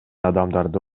адамдарды